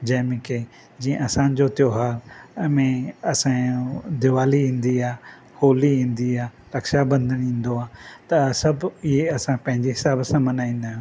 जंहिंमें की जीअं असांजो त्योहार में असांजो दीवाली ईंदी आहे होली ईंदी आहे रक्षाबंधन ईंदो आहे त सभु इहे असां पंहिंजे हिसाब सां मल्हाईंदा आहियूं